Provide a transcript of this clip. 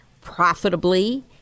profitably